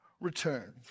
return